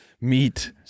Meet